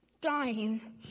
dying